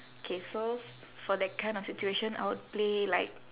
K so for that kind of situation I would play like